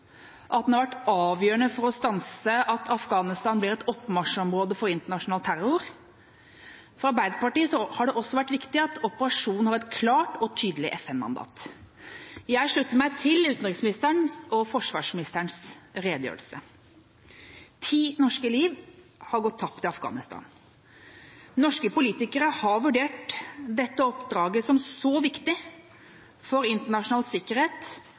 at den har vært avgjørende for å stanse at Afghanistan blir et oppmarsjområde for internasjonal terror. For Arbeiderpartiet har det også vært viktig at operasjonen har hatt et klart og tydelig FN-mandat. Jeg slutter meg til utenriksministerens og forsvarsministerens redegjørelse. Ti norske liv har gått tapt i Afghanistan. Norske politikere har vurdert dette oppdraget som så viktig for internasjonal sikkerhet